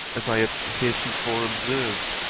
as i have heretofore observed,